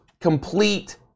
complete